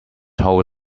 whole